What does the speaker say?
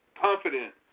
confident